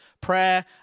Prayer